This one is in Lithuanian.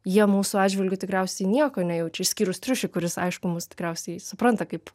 jie mūsų atžvilgiu tikriausiai nieko nejaučia išskyrus triušį kuris aišku mus tikriausiai supranta kaip